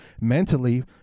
mentally